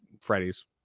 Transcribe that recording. freddy's